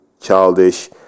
childish